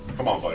come on buddy.